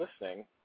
listening